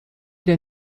der